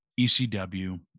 ECW